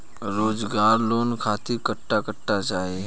रोजगार लोन खातिर कट्ठा कट्ठा चाहीं?